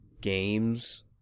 games